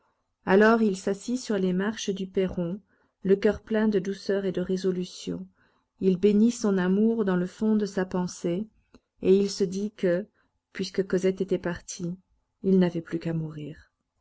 alors il s'assit sur les marches du perron le coeur plein de douceur et de résolution il bénit son amour dans le fond de sa pensée et il se dit que puisque cosette était partie il n'avait plus qu'à mourir